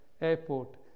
Airport